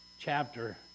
chapter